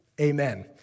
Amen